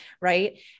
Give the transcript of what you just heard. right